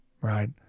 right